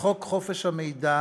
חוק חופש המידע